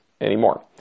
anymore